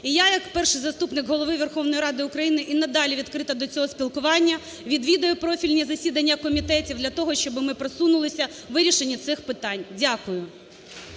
І я як Перший заступник голова Верховної Ради України і надалі відкрита до цього спілкування, відвідаю профільні засідання комітетів для того, щоб ми просунулися у вирішенні цих питань. Дякую.